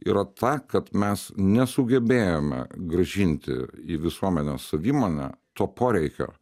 yra ta kad mes nesugebėjome grąžinti į visuomenės savimonę to poreikio